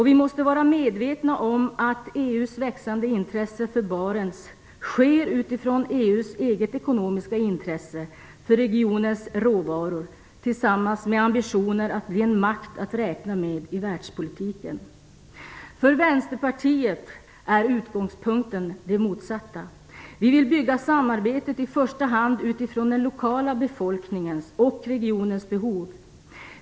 Vi måste vara medvetna om att EU:s växande intresse för Barents sker utifrån EU:s eget ekonomiska intresse för regionens råvaror tillsammans med ambitioner att bli en makt att räkna med i världspolitiken. För Vänsterpartiet är utgångspunkten den motsatta. Vi vill bygga samarbetet i första hand utifrån den lokala befolkningens och regionens behov.